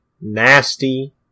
nasty